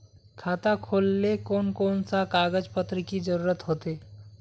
खाता खोलेले कौन कौन सा कागज पत्र की जरूरत होते?